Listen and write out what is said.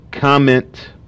comment